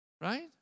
Right